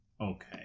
Okay